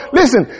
listen